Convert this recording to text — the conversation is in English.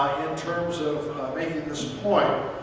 in terms of making this point.